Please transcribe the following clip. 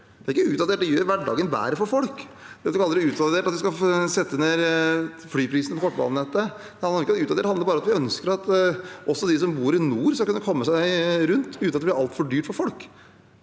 Det er ikke utdatert, det gjør hverdagen bedre for folk. De kaller det utdatert at vi skal sette ned flyprisene på kortbanenettet. Det handler ikke om utdatert, det handler om at vi ønsker at også de som bor i nord, skal kunne komme seg rundt uten at det blir altfor dyrt for dem.